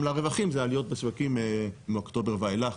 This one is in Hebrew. לרווחים זה עליות בשווקים מאוקטובר ואילך,